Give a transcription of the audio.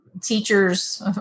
teachers